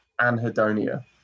anhedonia